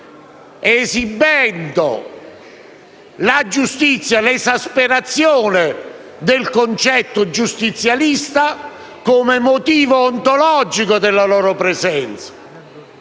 esibendo la giustizia e l'esasperazione del concetto giustizialista come motivo ontologico della loro presenza.